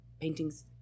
paintings